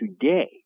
today